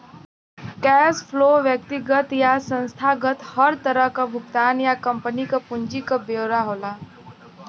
cash flow व्यक्तिगत या संस्थागत हर तरह क भुगतान या कम्पनी क पूंजी क ब्यौरा होला